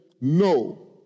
No